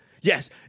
Yes